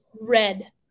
Red